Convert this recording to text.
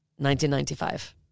1995